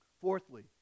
Fourthly